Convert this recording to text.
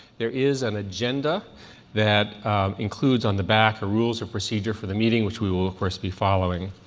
there is an agenda that includes, on the back, a rules of procedure for the meeting, which we will, of course, be following.